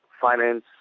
finance